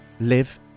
live